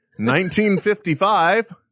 1955